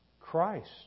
Christ